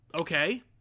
Okay